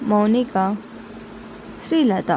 Mounika Srilatha